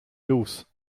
nus